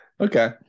Okay